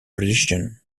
religion